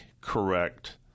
correct